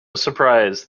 surprise